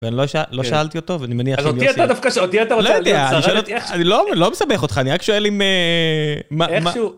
ואני לא שאלתי אותו, ואני מניח... אז אותי אתה דווקא, אותי אתה רוצה להיות שרדת איכשהו? אני לא מסבך אותך, אני רק שואל אם... איכשהו...